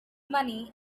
money